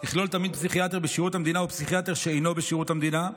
יכלול תמיד פסיכיאטר בשירות המדינה ופסיכיאטר שאינו בשירות המדינה.